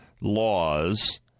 laws